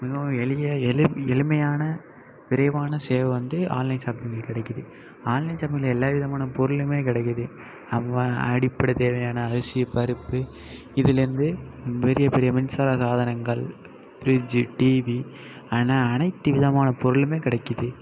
மிகவும் எளிய எளி எளிமையான விரைவான சேவை வந்து ஆன்லைன் ஷாப்பிங்க்கில் கிடைக்குது ஆன்லைன் ஷாப்பிங்க்கில் எல்லா விதமான பொருளுமே கிடைக்குது அப்போ அடிப்படைத் தேவையான அரிசி பருப்பு இதுலருந்து பெரிய பெரிய மின்சார சாதனங்கள் ஃப்ரிட்ஜ் டிவி என அனைத்து விதமான பொருளுமே கிடைக்குது